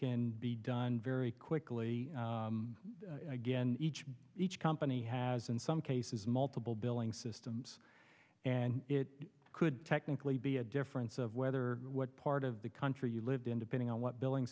can be done very quickly again each each company has in some cases multiple billing systems and it could technically be a difference of whether what part of the country you live in depending on what billing